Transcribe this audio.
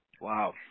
Wow